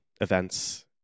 events